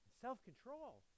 Self-control